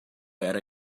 era